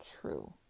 true